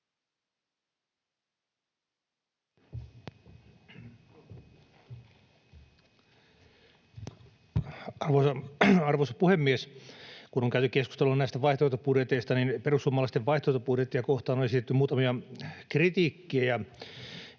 Arvoisa puhemies! Kun on käyty keskusteluja näistä vaihtoehtobudjeteista, niin perussuomalaisten vaihtoehtobudjettia kohtaan on esitetty muutamia kritiikkejä.